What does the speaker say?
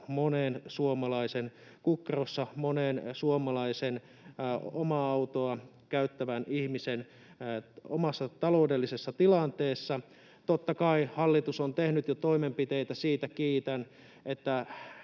kukkaroon, monen suomalaisen omaa autoa käyttävän ihmisen taloudelliseen tilanteeseen. Totta kai hallitus on tehnyt jo toimenpiteitä. Siitä kiitän, että